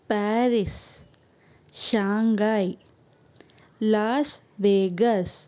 Paris Shanghai Las Vegas